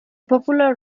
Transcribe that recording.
popular